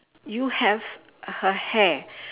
you have her hair